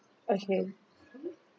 okay